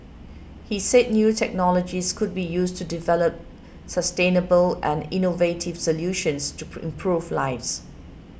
he said new technologies will be used to develop sustainable and innovative solutions to improve lives